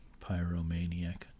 pyromaniac